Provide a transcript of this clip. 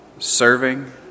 serving